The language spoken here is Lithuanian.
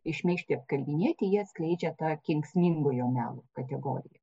šmeižti apkalbinėti jie atskleidžia tą kenksmingojo melo kategoriją